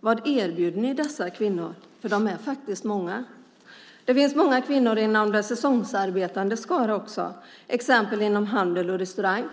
Vad erbjuder ni dessa kvinnor? De är faktiskt många. Det finns många kvinnor inom de säsongsarbetandes skara också, till exempel inom handel och restaurang.